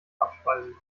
abspeisen